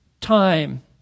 time